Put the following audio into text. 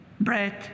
bread